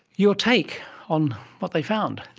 your take on what they found?